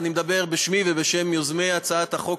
אני מדבר בשמי ובשם יוזמי הצעת החוק,